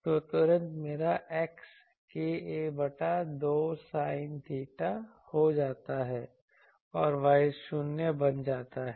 तो तुरंत मेरा X k a बटा 2 sin theta हो जाता है और Y 0 बन जाता है